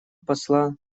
посла